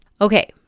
Okay